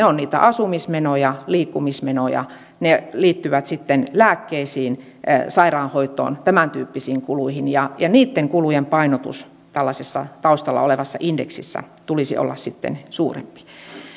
ovat niitä asumismenoja liikkumismenoja ne liittyvät lääkkeisiin sairaanhoitoon tämäntyyppisiin kuluihin ja ja niitten kulujen painotus tällaisessa taustalla olevassa indeksissä tulisi olla sitten suurempi